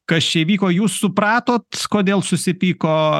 kas čia įvyko jūs supratot kodėl susipyko